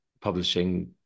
publishing